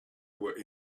were